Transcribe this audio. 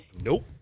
Nope